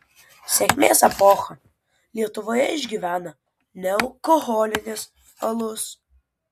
sėkmės epochą lietuvoje išgyvena nealkoholinis alus